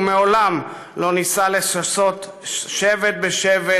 ומעולם לא ניסה לשסות שבט בשבט,